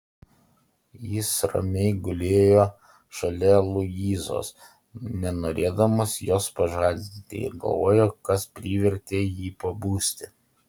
jis ramiai gulėjo šalia luizos nenorėdamas jos pažadinti ir galvojo kas privertė jį pabusti